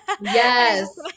Yes